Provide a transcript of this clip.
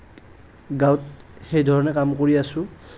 গাঁৱত সেই ধৰণে কাম কৰি আছোঁ